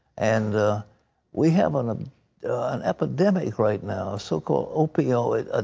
and we have an ah an epidemic right now, a so-called opioid ah